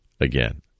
again